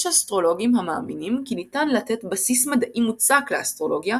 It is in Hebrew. יש אסטרולוגים המאמינים כי ניתן לתת בסיס מדעי מוצק לאסטרולוגיה,